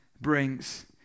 brings